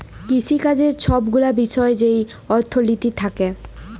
কিসিকাজের ছব গুলা বিষয় যেই অথ্থলিতি থ্যাকে